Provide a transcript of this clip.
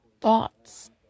thoughts